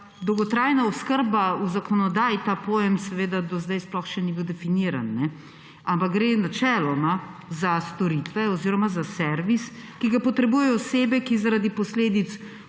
dolgotrajna oskrba v zakonodaji, ta pojem seveda do zdaj sploh še ni bil definiran, ampak gre načeloma za storitve oziroma za servis, ki ga potrebujejo osebe, ki so zaradi posledic